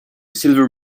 silver